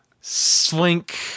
Slink